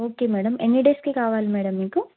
okay madam ఎన్ని డేస్కి కావాలి మేడం మీకు